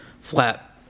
flat